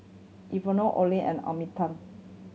Ivonne Olen and Arminta